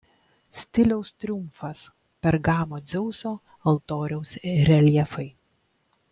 stiliaus triumfas pergamo dzeuso altoriaus reljefai